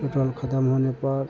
petrol खत्म होने पर